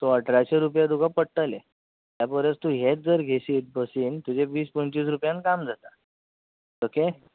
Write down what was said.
so अठराशें रुपया तुका पडटले त्या परस तूं हेच जर घेयशीत बसीन तुजे वीस पंचवीस रुपयान काम जातले ओके